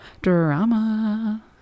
drama